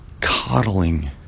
coddling